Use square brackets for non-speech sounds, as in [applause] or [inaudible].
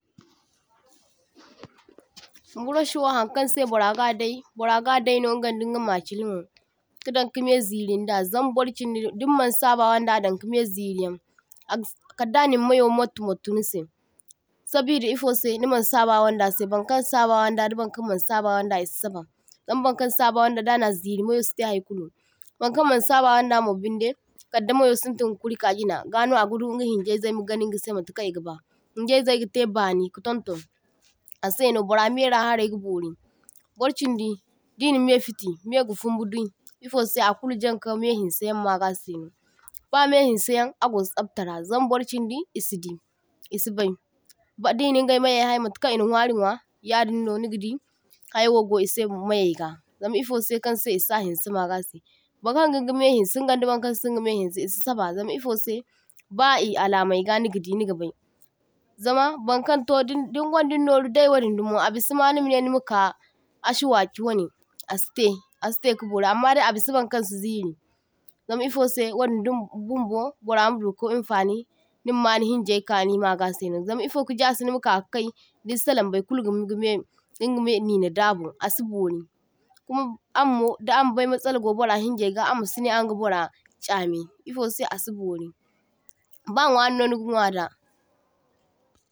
[noise] toh – toh Brush wo haŋkaŋse baragadai, baragadaino ingaŋdinga machilinwo kadaŋ kame zirinda zam barchindi dimmaŋ sabawaŋda kadaŋ kame ziriyaŋ agafur kaddaŋin mayo mattu mottu nise, sabida ifose nimaŋ sabawaŋdase baŋkaŋ sabawaŋ da dabaŋkaŋ maŋ sabawaŋda isi saba, zam baŋkaŋ sabawaŋda daŋa ziri mayo site haikulu, baŋkaŋmaŋ sabawaŋda binde kadde mayo sintin ka kuri kajina gaŋo agadu ingai hinjaizai magaŋingase matkulkan igaba. Hinjaizai gate baŋi ka tuntun, aseno bora mera harai gabori, barchindi dinna me fiti mega fumbu dui ifose akul jaŋkame hinsayaŋ magaseno. Bame hinsiyaŋ ago tsaptara, zam barchindi isidi isibai ba diningaime har matkaŋ ina nwarinwa yadin no nigadi hayawo go ise mayeyga, zam ifose kaŋ se isa hinse magase. Baŋkaŋ gingame hinse da waŋkaŋ singa me hinse isi saba, zam ifose ba i alamai ga nigadi nigabai, zama baŋkaŋto dingwaŋdin noru dai wadin dumo abisema nimane nigaka ashwaki waŋe asite, asite kabori amma dai abisa baŋkaŋ si ziri, zam ifose wadin di bumbo bora maduka infaŋi nimama ni hinjai kaŋi magaseno. Zam ifoka jase nima kakakai dinsalaŋ baikulga me dingame nine dabu asibori kuma ammo da ambai matsala go bara hinjaiga ammasine aŋga bora chame, ifose asibori ba nwarino niga nwada.